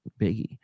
Biggie